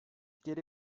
geri